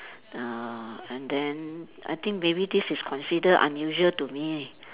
uh and then I think maybe this is consider unusual to me